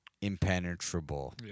impenetrable